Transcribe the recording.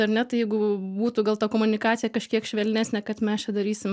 ar ne tai jeigu būtų gal ta komunikacija kažkiek švelnesnė kad mes čia darysim